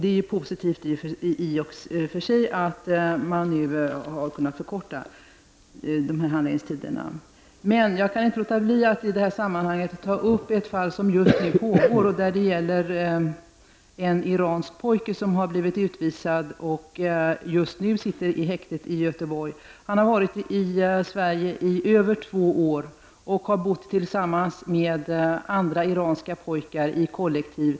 Det är i och för sig positivt att man nu har kunnat förkorta handläggningstiderna. Jag kan ändå inte låta bli att i detta sammanhang ta upp ett fall som just nu är aktuellt. Det gäller en iransk pojke som har blivit utvisad och just nu sitter i häktet i Göteborg. Han har varit i Sverige i över två år och har bott tillsammans med andra iranska pojkar i ett kollektiv.